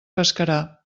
pescarà